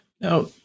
Now